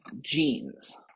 jeans